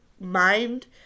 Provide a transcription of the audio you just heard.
mind